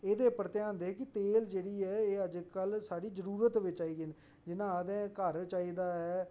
एह्दे उप्पर ध्यान देऐ कि तेल जेह्ड़ी ऐ अजकल साढी जरुरत बिच्च आई गेई ऐ जियां आखदे ना घर चाहिदा ऐ